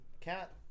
cat